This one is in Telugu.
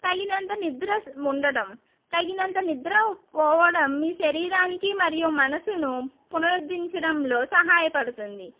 తగినంత నిద్ర స ఉండటం తగినంత నిద్ర పోవడం మీ శరీరానికి మరియు మనసును పునరుద్దించడంలో సహాయపడుతుంది